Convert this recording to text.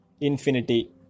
infinity